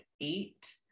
eight